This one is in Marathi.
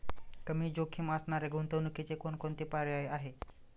कमी जोखीम असणाऱ्या गुंतवणुकीचे कोणकोणते पर्याय आहे?